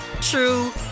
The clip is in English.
true